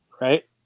right